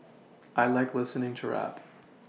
I like listening to rap